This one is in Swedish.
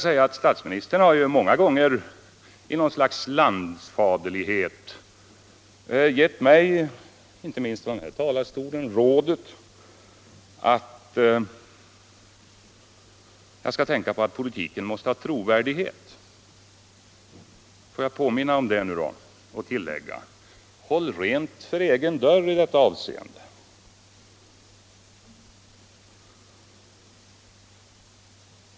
Statsministern har ju många gånger i något slags landsfaderlighet givit mig, inte minst från den här talarstolen, rådet att tänka på att politiken måste ha trovärdighet. Låt mig påminna om det nu och tillägga: Håll rent för egen dörr i det avseendet!